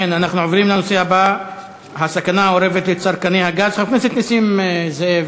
בעד, 9, אין מתנגדים, אין נמנעים.